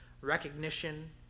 recognition